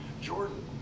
Jordan